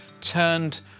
turned